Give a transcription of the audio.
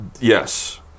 Yes